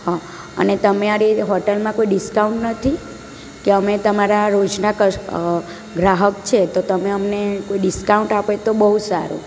હં અને તમારી હોટેલમાં કોઈ ડિસ્કાઉન્ટ નથી કે અમે તમારા રોજના ક કસ્ટમર ગ્રાહક છે તો તમે અમને ડિસ્કાઉન્ટ કોઈ આપે તો બહુ સારું